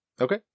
Okay